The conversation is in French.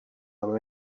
dans